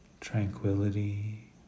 tranquility